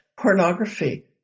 pornography